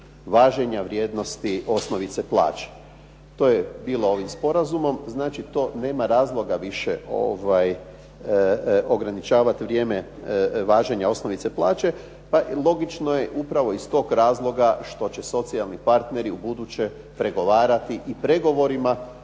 važenja vrijednosti osnovice plaće. To je bilo ovim sporazumom, znači to nema razloga više ograničavati vrijeme važenja osnovice plaće pa i logično je upravo iz tog razloga što će socijalni partneri ubuduće pregovarati i pregovorima